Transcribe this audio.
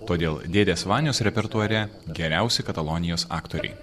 todėl dėdės vanios repertuare geriausi katalonijos aktoriai